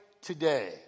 today